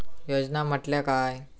योजना म्हटल्या काय?